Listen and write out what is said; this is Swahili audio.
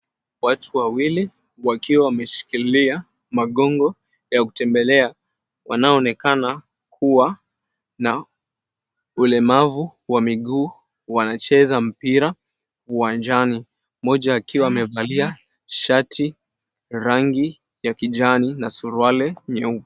Watu wawili wakiwa wameshikilia magogo ya kutembelea wanaoonekana kuwa na ulemavu wa miguu wanacheza mpira uwanjani, mmoja akiwa amevalia shati rangi ya kijani na rangi nyeupe.